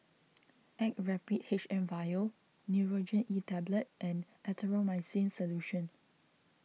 Actrapid H M vial Nurogen E Tablet and Erythroymycin Solution